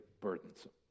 burdensome